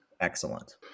excellent